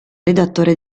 redattore